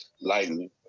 lightly